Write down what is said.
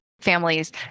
families